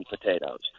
potatoes